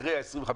אחמד.